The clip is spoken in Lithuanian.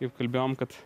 kaip kalbėjom kad